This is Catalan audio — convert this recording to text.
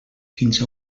fins